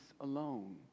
alone